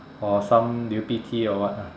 or some or what ah